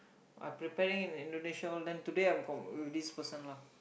I preparing in Indonesia all then today I'm com~ with this person lah